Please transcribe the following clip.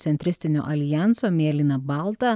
centristinio aljanso mėlyna balta